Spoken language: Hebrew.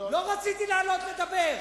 לא רציתי לעלות לדבר.